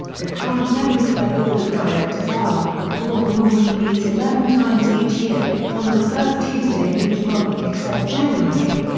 the current members of the board of directors are the board normally meets eleven times each year, on the first tuesday of each month except january.